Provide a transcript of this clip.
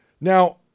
Now